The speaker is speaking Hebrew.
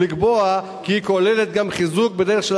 ולקבוע כי היא כוללת גם חיזוק בדרך של